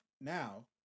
now